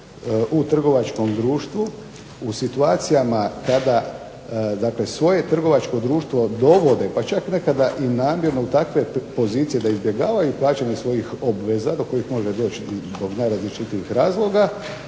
u trgovačkom društvu u situacijama kada, dakle svoje trgovačko društvo dovode, pa čak nekada i namjerno u takve pozicije da izbjegavaju plaćanje svojih obveza do kojih može doći zbog najrazličitijih razloga.